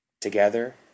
Together